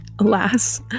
alas